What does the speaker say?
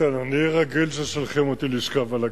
איתן, אני רגיל ששולחים אותי לשכב על הגדרות.